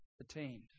attained